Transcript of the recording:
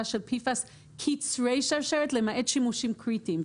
של PFAS קצרי שרשרת למעט שימושים קריטיים.